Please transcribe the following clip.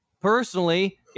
personally